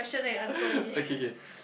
okay okay